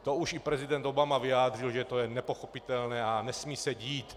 To už i prezident Obama vyjádřil, že to je nepochopitelné a nesmí se to dít.